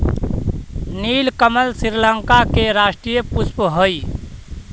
नीलकमल श्रीलंका के राष्ट्रीय पुष्प हइ